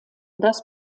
das